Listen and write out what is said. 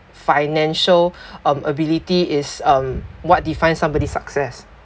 financial um ability is um what defined somebody's success